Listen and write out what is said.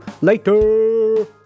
later